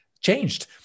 changed